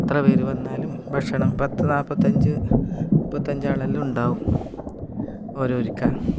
എത്ര പേർ വന്നാലും ഭക്ഷണം പത്തു നാൽപ്പത്തഞ്ച് മുപ്പത്തഞ്ചാളെല്ലാം ഉണ്ടാകും ഓരോരിക്ക